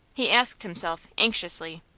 he asked himself, anxiously.